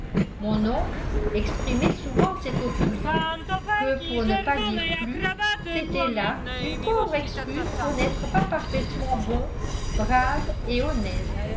mon oncle exprimait souvent cette opinion que pour ne pas dire plus c'était là une pauvre excuse pour n'être pas parfaitement bon brave et honnête